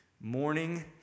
Morning